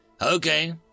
Okay